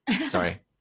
Sorry